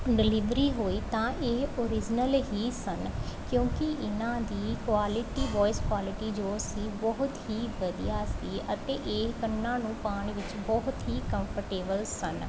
delivery ਹੋਈ ਤਾਂ ਇਹ ਓਰੀਜਨਲ ਹੀ ਸਨ ਕਿਉਂਕਿ ਇਹਨਾਂ ਦੀ ਕੁਆਲਿਟੀ ਵੋਇਸ ਕੁਆਲਿਟੀ ਜੋ ਸੀ ਬਹੁਤ ਹੀ ਵਧੀਆ ਸੀ ਅਤੇ ਇਹ ਕੰਨਾਂ ਨੂੰ ਪਾਉਣ ਵਿੱਚ ਬਹੁਤ ਹੀ ਕੰਫਰਟੇਬਲ ਸਨ